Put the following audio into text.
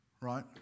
right